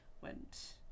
went